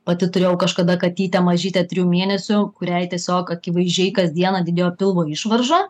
pati turėjau kažkada katytę mažytę trijų mėnesių kuriai tiesiog akivaizdžiai kas dieną didėjo pilvo išvarža